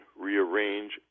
rearrange